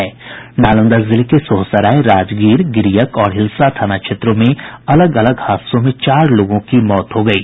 नालंदा जिले के सोहसराय राजगीर गिरियक और हिलसा थाना क्षेत्रों में अलग अलग हादसों में चार लोगों की मौत हो गयी